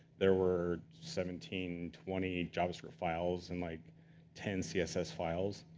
there were seventeen, twenty javascript files, and like ten css files.